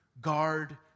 guard